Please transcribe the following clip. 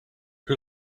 who